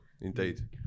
indeed